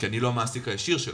כי אני לא המעסיק הישיר שלו.